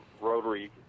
rotary